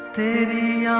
the